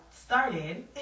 started